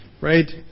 right